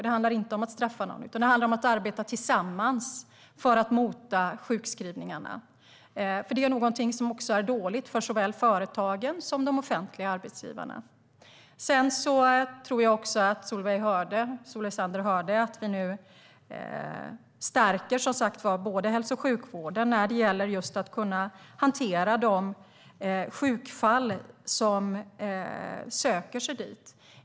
Det handlar inte om att straffa någon, utan det handlar om att arbeta tillsammans för att mota sjukskrivningarna, som är dåliga för såväl företagen som de offentliga arbetsgivarna. Jag tror att Solveig Zander hörde att vi nu stärker hälso och sjukvårdens förmåga att hantera de sjukfall som söker sig dit.